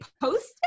post